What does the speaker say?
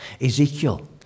Ezekiel